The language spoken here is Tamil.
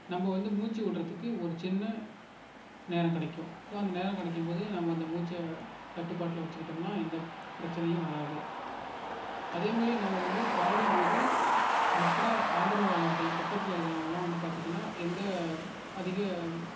நம்ம வந்து மூச்சு விட்றதுக்கு ஒரு சின்ன நேரம் கிடைக்கும் ஸோ அந்த நேரம் கிடைக்கும்போது நம்ம அந்த மூச்சை கட்டுப்பாட்டில் வச்சுக்கிட்டோம்ன்னா எந்த பிரச்சினையும் வராது அதே மாரி நம்ம வந்து பாடும்போது மற்ற ஆதரவாளர்கள் பக்கத்துலருக்கவங்கலாம் வந்து பார்த்திங்கனா எந்த அதிக